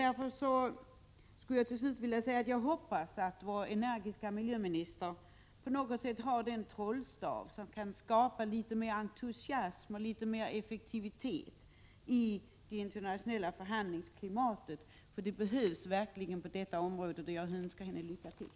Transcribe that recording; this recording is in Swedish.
Därför hoppas jag att vår energiska miljöminister på något sätt har den trollstav som kan skapa litet mer entusiasm och mer effektivitet i det internationella förhandlingsklimatet. Det behövs verkligen på detta område. Jag önskar miljöministern lycka till.